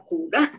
Kuda